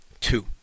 Two